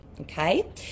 okay